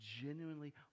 genuinely